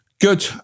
Good